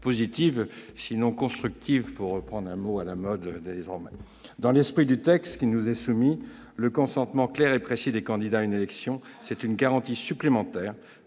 pas dire « constructive », pour reprendre un mot à la mode. Dans le texte qui nous est soumis, le consentement clair et précis des candidats à une élection est une garantie supplémentaire